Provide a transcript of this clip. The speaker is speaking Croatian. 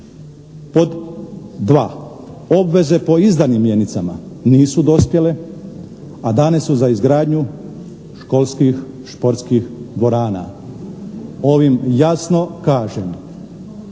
Pod dva, obveze po izdanim mjenicama nisu dospjele, a dane su za izgradnju školskih športskih dvorana. Ovim jasno kažem